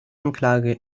anklage